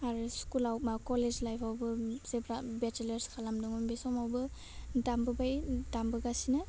आरो स्कुलाव बा कलेज लाइफावबो जेब्ला बेसेलार्स खालामदोंमोन बे समावबो दामबोबाय दामबोगासिनो